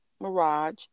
Mirage